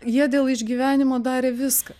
jie dėl išgyvenimo darė viską